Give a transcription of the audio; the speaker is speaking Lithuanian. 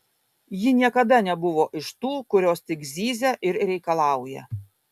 ji niekada nebuvo iš tų kurios tik zyzia ir reikalauja